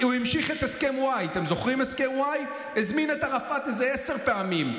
הפסקת אותי, והינה, הפסקת אותי עוד פעם.